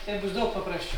taip bus daug paprasčiau